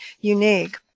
unique